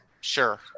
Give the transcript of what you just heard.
sure